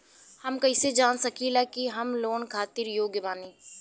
हम कईसे जान सकिला कि हम लोन खातिर योग्य बानी?